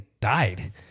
died